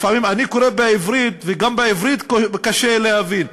לפעמים אני קורא בעברית, וגם בעברית קשה להבין.